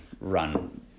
run